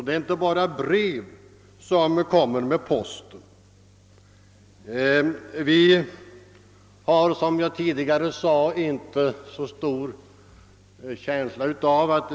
Det är inte bara brev som kommer med posten, utan det gäller också tidningar.